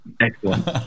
Excellent